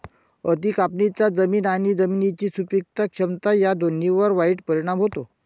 अति कापणीचा जमीन आणि जमिनीची सुपीक क्षमता या दोन्हींवर वाईट परिणाम होतो